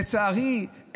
לצערי,